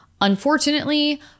Unfortunately